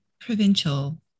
provincial